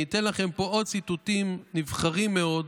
אני אתן לכם פה עוד ציטוטים נבחרים מאוד,